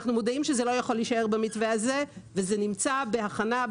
אנחנו מודעים שזה לא יכול להישאר במתווה הזה וזה נמצא בהכנה,